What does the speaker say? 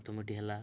ପ୍ରଥମଟି ହେଲା